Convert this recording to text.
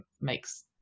makes